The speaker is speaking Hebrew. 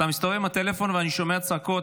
אתה מסתובב עם הטלפון ואני שומע צעקות,